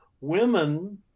Women